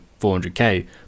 400k